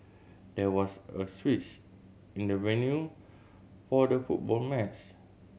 there was a switch in the venue for the football match